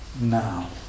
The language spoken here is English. now